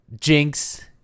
Jinx